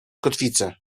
kotwicę